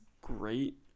great